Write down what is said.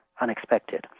unexpected